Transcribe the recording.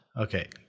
Okay